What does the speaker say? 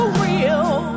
real